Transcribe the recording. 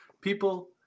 People